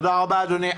תודה רבה, אדוני.